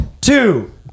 two